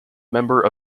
member